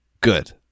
Good